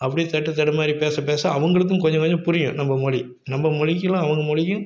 அப்டேயே தட்டுத்தடுமாறி பேச பேச அவர்களுக்கும் கொஞ்சம் கொஞ்சம் புரியும் நம்ப மொழி நம்ப மொழிக்கெலாம் அவங்க மொழியும்